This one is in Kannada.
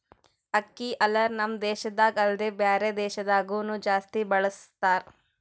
ಅಕ್ಕಿ ಹಲ್ಲರ್ ನಮ್ ದೇಶದಾಗ ಅಲ್ದೆ ಬ್ಯಾರೆ ದೇಶದಾಗನು ಜಾಸ್ತಿ ಬಳಸತಾರ್